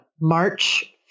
march